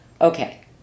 okay